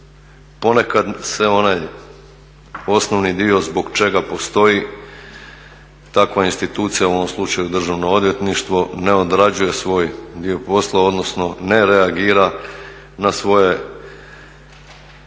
ponekad se onaj osnovni dio zbog čega postoji takva institucija u ovom slučaju Državno odvjetništvo ne odrađuje svoj dio posla, odnosno ne reagira na svoje